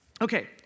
Okay